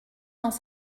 dans